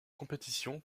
compétition